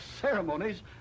ceremonies